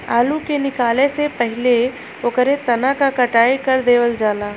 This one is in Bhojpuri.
आलू के निकाले से पहिले ओकरे तना क कटाई कर देवल जाला